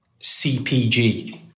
CPG